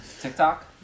TikTok